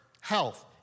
health